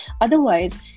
Otherwise